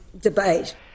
debate